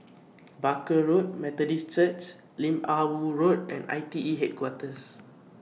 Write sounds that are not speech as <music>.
<noise> Barker Road Methodist Church Lim Ah Woo Road and I T E Headquarters